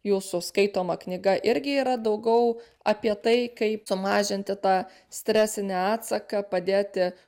jūsų skaitoma knyga irgi yra daugiau apie tai kaip sumažinti tą stresinį atsaką padėti